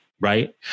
right